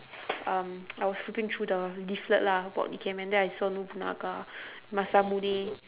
um I was flipping through the leaflet lah about ikemen then I saw nobunaga masamune